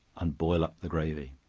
and boil up the gravy.